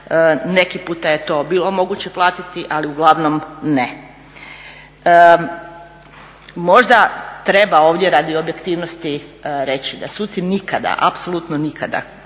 Neki puta je to bilo moguće platiti ali uglavnom ne. Možda treba ovdje radi objektivnosti da suci nikada, apsolutno nikada